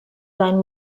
sein